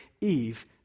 Eve